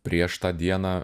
prieš tą dieną